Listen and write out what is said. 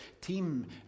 team